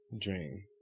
dream